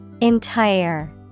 Entire